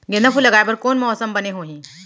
गेंदा फूल लगाए बर कोन मौसम बने होही?